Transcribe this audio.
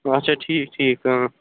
اَچھا ٹھیٖک ٹھیٖک